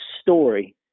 story